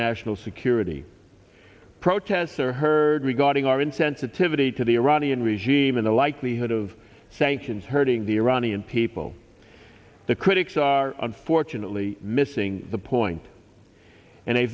national security protests are heard regarding our insensitivity to the iranian regime in the likelihood of sanctions hurting the iranian people the critics are unfortunately missing the point and